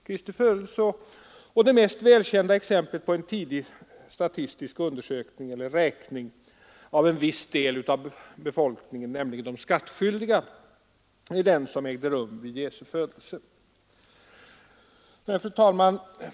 Kr., och det mest välkända exemplet på en tidig statistisk räkning av en viss del av befolkningen, nämligen de skattskyldiga, var den som ägde rum vid Jesu födelse. Fru talman!